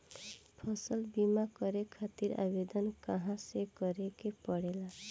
फसल बीमा करे खातिर आवेदन कहाँसे करे के पड़ेला?